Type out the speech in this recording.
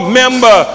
member